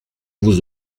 vous